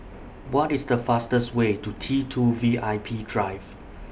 What IS The fastest Way to T two V I P Drive